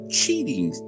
cheating